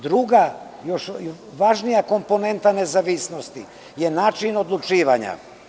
Druga još važnija komponenta nezavisnosti je način odlučivanja.